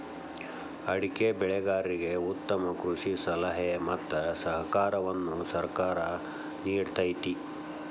ಅಡಿಕೆ ಬೆಳೆಗಾರರಿಗೆ ಉತ್ತಮ ಕೃಷಿ ಸಲಹೆ ಮತ್ತ ಸಹಕಾರವನ್ನು ಸರ್ಕಾರ ನಿಡತೈತಿ